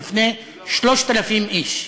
בפני 3,000 איש.